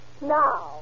Now